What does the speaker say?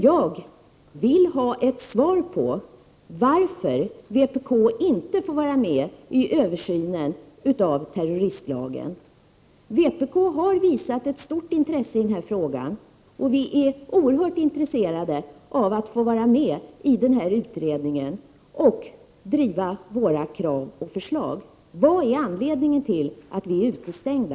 Jag vill ha ett svar på varför vpk inte får vara med i översynen av terroristlagstiftningen. Vpk har visat ett stort intresse i denna fråga. Vi är oerhört intresserade av att få vara med i utredningen och driva våra krav och förslag. Vad är anledningen till att vi är utestängda?